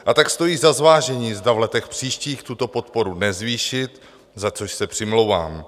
A tak stojí za zvážení, zda v letech příštích tuto podporu nezvýšit, za což se přimlouvám.